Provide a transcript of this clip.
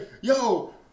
yo